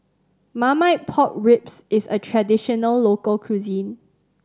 Marmite Pork Ribs is a traditional local cuisine